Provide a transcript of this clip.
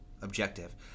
objective